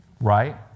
Right